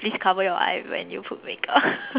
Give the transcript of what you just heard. please cover your eyes when you put make up